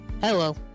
Hello